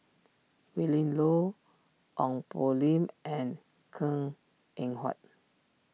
Willin Low Ong Poh Lim and Png Eng Huat